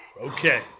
Okay